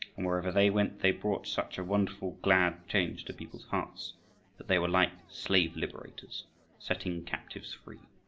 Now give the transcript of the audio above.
wherever they went, they brought such a wonderful, glad change to people's hearts that they were like slave-liberators setting captives free.